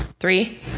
Three